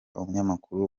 umunyamakuru